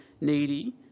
needy